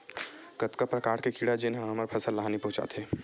कतका प्रकार के कीड़ा जेन ह हमर फसल ल हानि पहुंचाथे?